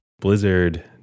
Blizzard